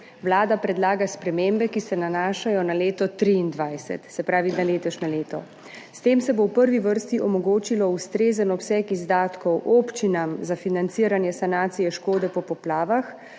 Vlada predlaga spremembe, ki se nanašajo na leto 2023, se pravi na letošnje leto. S tem se bo v prvi vrsti omogočil ustrezen obseg izdatkov občinam za financiranje sanacije škode po poplavah,